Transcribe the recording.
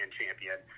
champion